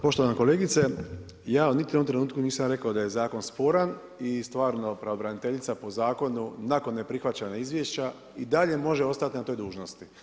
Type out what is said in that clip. Poštovana kolegice, ja niti u jednom trenutku nisam rekao da je zakon sporan i stvarno pravobraniteljica po zakonu, nakon neprihvaćanja izvješća i dalje može ostati na toj dužnosti.